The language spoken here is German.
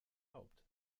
haupt